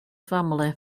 family